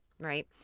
Right